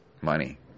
money